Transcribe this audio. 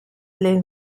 les